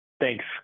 Thanks